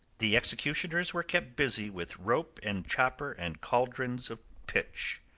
the executioners were kept busy with rope and chopper and cauldrons of pitch.